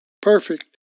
perfect